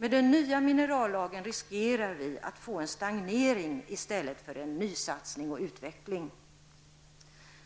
Med den nya minerallagen riskerar vi att få en stagnering i stället för en nysatsning och utveckling.